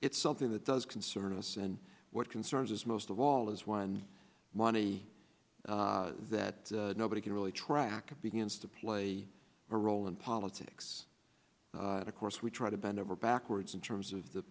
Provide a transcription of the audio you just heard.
it's something that does concern us and what concerns us most of all is one money that nobody can really track it begins to play a role in politics and of course we try to bend over backwards in terms of th